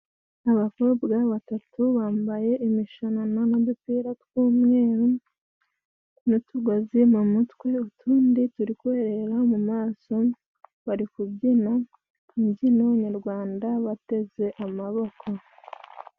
Abakobwa batatu bambaye imishanana n'udupira tw'umweru n'utugozi mu mutwe, utundi turi kwerera mu maso, bari kubyina imbyino nyarwanda bateze amaboko.